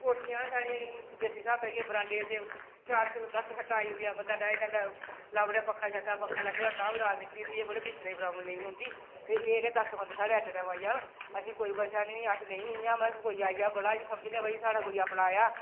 कोठियां साढ़ियां देसी स्हाबै दी बरांडे च चार दस्स खट्टां आई जंदियां बंदा डाही लैंदा लाई ओड़ेआ पक्खा लग्गे दा पक्खा तां बी रात निकली जंदी एह् थोह्ड़े ऐ कि बिस्तरै दी प्रॉब्लम नेईं होंदी ते एह् जेह्के दस्स बंदे साढ़े ऐट ए टाइम आई जान असें ई कोई परेशानी निं असें ई कोई इयां आई जा ते अस बड़ा समझने कोई साढ़ा कोई अपना आया